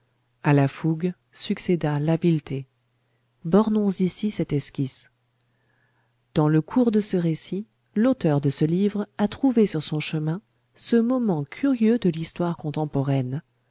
à la fougue succéda l'habileté bornons ici cette esquisse dans le cours de ce récit l'auteur de ce livre a trouvé sur son chemin ce moment curieux de l'histoire contemporaine